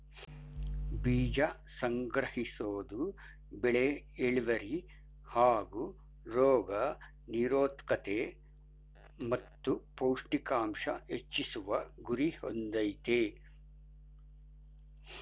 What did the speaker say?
ಬೀಜ ಸಂಗ್ರಹಿಸೋದು ಬೆಳೆ ಇಳ್ವರಿ ಹಾಗೂ ರೋಗ ನಿರೋದ್ಕತೆ ಮತ್ತು ಪೌಷ್ಟಿಕಾಂಶ ಹೆಚ್ಚಿಸುವ ಗುರಿ ಹೊಂದಯ್ತೆ